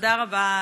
תודה רבה.